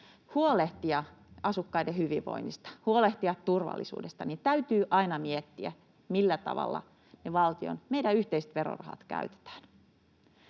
huolehtia asukkaiden hyvinvoinnista, huolehtia turvallisuudesta, niin täytyy aina miettiä, millä tavalla meidän valtion yhteiset verorahat käytetään.